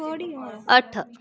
अट्ठ